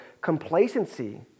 complacency